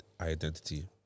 identity